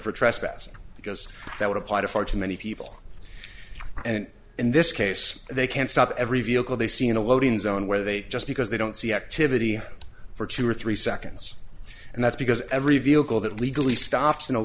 for trespassing because that would apply to far too many people and in this case they can stop every vehicle they see in a loading zone where they just because they don't see activity for two or three seconds and that's because every vehicle that legally stops in a